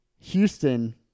Houston